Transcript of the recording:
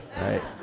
right